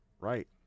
right